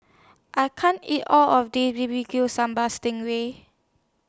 I can't eat All of This B B Q Sambal Sting Ray